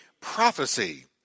prophecy